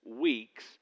weeks